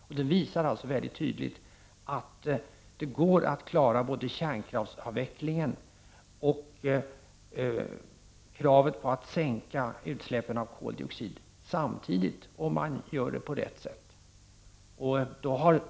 Rapporten visar tydligt att det går att klara både kärnkraftsavvecklingen och kravet på att sänka utsläppen av koldioxid samtidigt, om man gör det på rätt sätt.